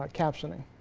ah captioning